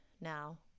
now